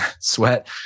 Sweat